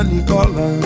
Nicola